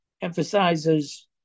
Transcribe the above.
emphasizes